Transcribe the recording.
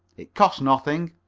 it costs nothing.